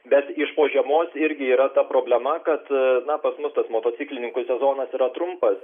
bet iš po žiemos irgi yra ta problema kad na pas mus tas motociklininkų sezonas yra trumpas